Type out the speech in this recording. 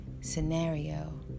scenario